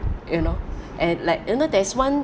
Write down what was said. you know and like you know there's one